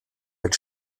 mit